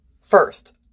First